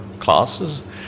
classes